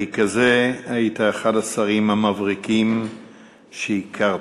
והיית אחד השרים המבריקים שהכרתי,